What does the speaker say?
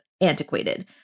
antiquated